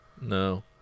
No